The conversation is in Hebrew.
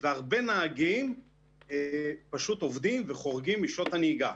והרבה נהגים עובדים וחורגים משעות הנהיגה.